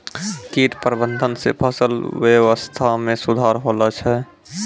कीट प्रबंधक से फसल वेवस्था मे सुधार होलो छै